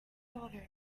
daughter